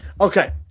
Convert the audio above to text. Okay